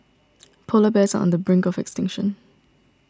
Polar Bears are on the brink of extinction